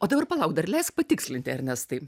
o dabar palauk dar leisk patikslinti ernestai